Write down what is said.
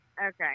Okay